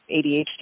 ADHD